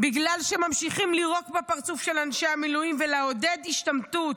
בגלל שממשיכים לירוק בפרצוף של אנשי המילואים ולעודד השתמטות.